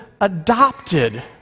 adopted